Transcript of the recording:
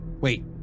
Wait